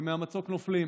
ומהמצוק נופלים.